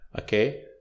okay